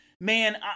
Man